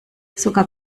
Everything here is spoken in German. sogar